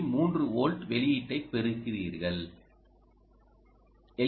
3 volt வெளியீட்டைப் பெறுகிறீர்கள் L